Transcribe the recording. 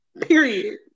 period